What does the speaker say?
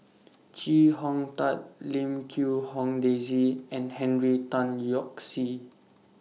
Chee Hong Tat Lim Quee Hong Daisy and Henry Tan Yoke See